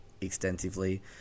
extensively